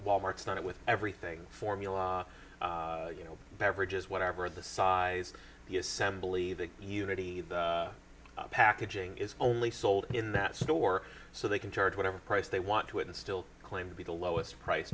wal mart's not with everything formula you know beverages whatever the size the assembly the unity packaging is only sold in that store so they can charge whatever price they want to and still claim to be the lowest price